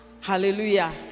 Hallelujah